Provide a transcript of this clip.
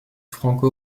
franco